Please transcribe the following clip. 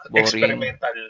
experimental